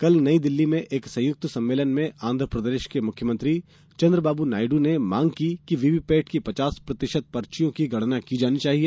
कल नई दिल्ली में एक संयुक्त सम्मेलन में आंध्रप्रदेश के मुख्यमंत्री चंद्रबाबू नायडू ने मांग की कि वीवीपैट की पचास प्रतिशत पर्चियों की गणना की जानी चाहिए